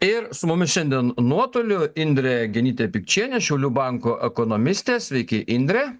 ir su mumis šiandien nuotoliu indrė genytė pikčienė šiaulių banko ekonomistė sveiki indre